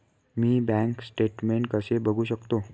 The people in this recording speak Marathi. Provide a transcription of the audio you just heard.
मी बँक स्टेटमेन्ट कसे बघू शकतो?